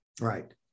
Right